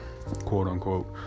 quote-unquote